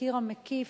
התחקיר המקיף,